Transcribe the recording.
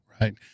Right